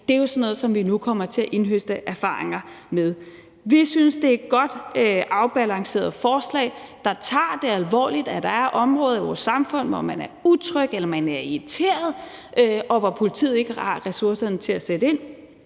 er det jo sådan noget, som vi nu kommer til at indhøste erfaringer med. Vi synes, det er et godt afbalanceret forslag, der tager det alvorligt, at der er områder i vores samfund, hvor man er utryg eller man er irriteret, og hvor politiet ikke har ressourcerne til at sætte ind.